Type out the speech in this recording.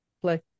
play